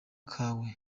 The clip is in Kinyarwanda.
kawe